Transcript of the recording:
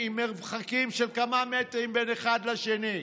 עם מרחקים של כמה מטרים בין אחד לשני,